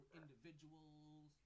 individuals